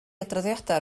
adroddiadau